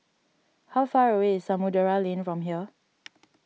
how far away is Samudera Lane from here